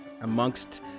amongst